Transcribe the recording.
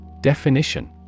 Definition